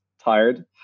tired